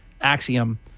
axiom